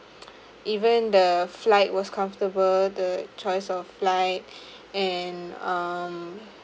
even the flight was comfortable the choice of light and um